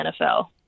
NFL